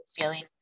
feeling